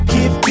Keep